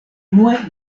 unue